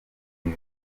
ibi